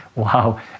Wow